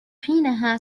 حينها